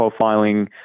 profiling